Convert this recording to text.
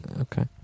Okay